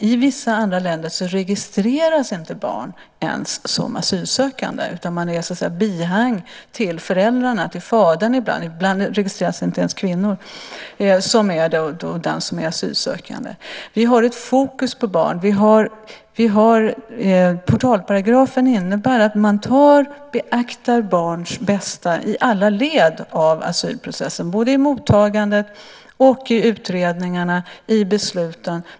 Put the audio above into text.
I vissa andra länder registreras inte ens barn som asylsökande. De är så att säga bihang till föräldrarna, till fadern ibland - ibland registreras inte ens kvinnor - som då är den asylsökande. Vi har ett fokus på barn. Portalparagrafen innebär att man beaktar barns bästa i alla led av asylprocessen, både i mottagandet, i utredningarna och i besluten.